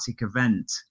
event